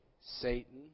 Satan